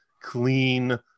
clean